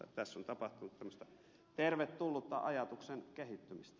tässä on tapahtunut tämmöistä tervetullutta ajatuksen kehittymistä